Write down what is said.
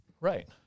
Right